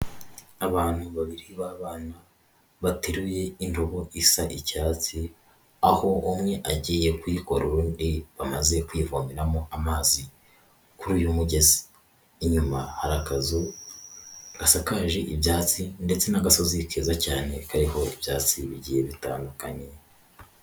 Abantu babiri b'abana bateruye indobo isa icyatsi, aho umwe agiye kuyikora undi bamaze kwivomeramo amazi kuri uyu mugezi inyuma hari akazu gasakaje ibyatsi, ndetse n'agasozi keza cyane kariho ibyatsi bigiye bitandukanye.